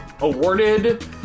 awarded